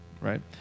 right